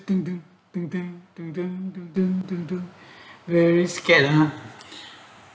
deng deng deng deng deng deng deng deng deng deng very scared ah